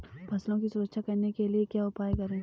फसलों की सुरक्षा करने के लिए क्या उपाय करें?